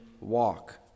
walk